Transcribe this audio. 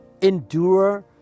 endure